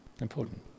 Important